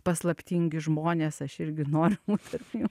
paslaptingi žmonės aš irgi noriu būt tarp jų